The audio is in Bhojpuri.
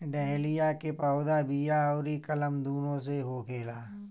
डहेलिया के पौधा बिया अउरी कलम दूनो से होखेला